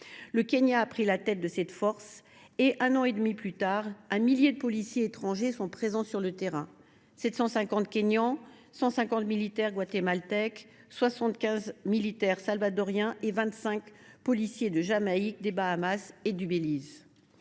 Le Kenya a pris la tête de cette force, et un an et demi plus tard, un millier de policiers étrangers sont présents sur le terrain : 750 policiers kenyans, 150 militaires guatémaltèques, 75 militaires salvadoriens et 25 policiers de Jamaïque, des Bahamas et du Bélize.